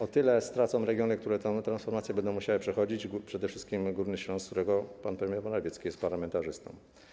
O tyle stracą regiony, które tę transformację będą musiały przechodzić, przede wszystkim Górny Śląsk, z którego pan premier Morawiecki jest parlamentarzystą.